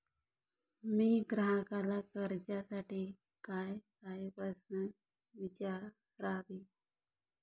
मी ग्राहकाला कर्जासाठी कायकाय प्रश्न विचारावे?